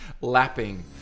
Lapping